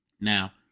Now